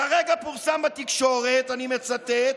כרגע פורסם בתקשורת, אני מצטט: